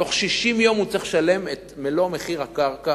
בתוך 60 יום הוא צריך לשלם את מלוא מחיר הקרקע